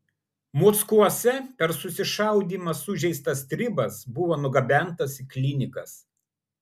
mockuose per susišaudymą sužeistas stribas buvo nugabentas į klinikas